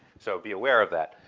so be aware of that.